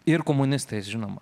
ir komunistais žinoma